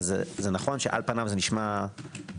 נכון שעל פניו זה נשמע אחלה,